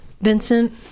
Vincent